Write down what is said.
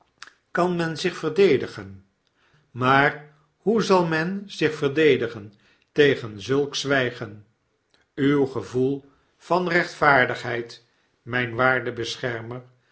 kan men zich verdedigen maar hoe zal men zich verdedigen tegen zulk zwggen uw gevoel van rechtvaardigheid mynwaarde beschermer